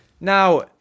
Now